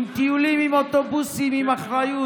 עם טיולים, עם אוטובוסים, עם אחריות,